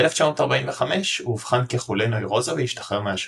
ב-1945 הוא אובחן כחולה נוירוזה והשתחרר מהשירות.